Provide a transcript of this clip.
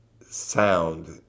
sound